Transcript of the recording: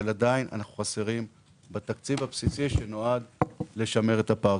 אבל עדיין אנחנו חסרים בתקציב הבסיסי שנועד לשמר את הפארק.